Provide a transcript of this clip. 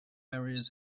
areas